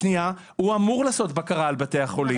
הוא אמור לעשות בקרה על בתי החולים,